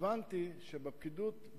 הבנתי שבפקידות,